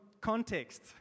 context